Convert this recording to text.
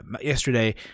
yesterday